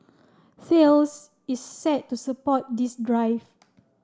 Thales is set to support this drive